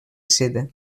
seda